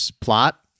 plot